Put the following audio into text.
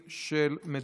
אין, נמנעים,